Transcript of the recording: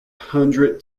hundred